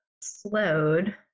slowed